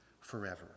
forever